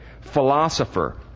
philosopher